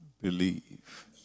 believe